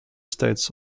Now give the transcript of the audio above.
states